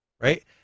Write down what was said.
right